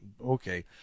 okay